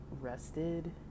rested